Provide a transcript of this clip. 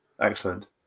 excellent